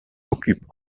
occupe